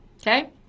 okay